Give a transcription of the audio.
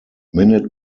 minute